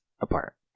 apart